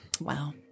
Wow